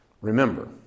Remember